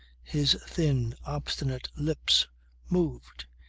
his thin obstinate lips moved.